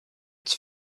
its